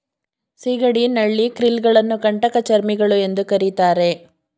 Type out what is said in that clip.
ಸಿಗಡಿ, ನಳ್ಳಿ, ಕ್ರಿಲ್ ಗಳನ್ನು ಕಂಟಕಚರ್ಮಿಗಳು ಎಂದು ಕರಿತಾರೆ